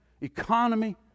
economy